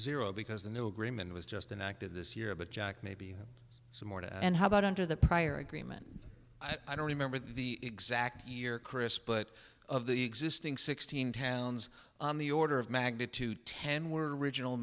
zero because the new agreement was just an act of this year but jack maybe some more to and how about under the prior agreement i don't remember the exact year chris but of the existing sixteen towns on the order of magnitude ten were original